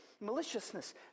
maliciousness